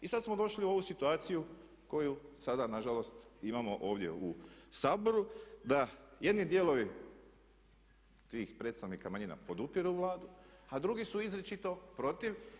I sada smo došli u ovu situaciju koju sada nažalost imamo ovdje u Saboru da jedni dijelovi tih predstavnika manjina podupiru Vladu a drugi su izričito protiv.